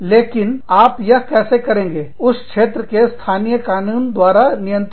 लेकिन आप यह कैसे करेंगे उस क्षेत्र के स्थानीय कानूनों द्वारा नियंत्रित